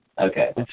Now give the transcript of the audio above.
Okay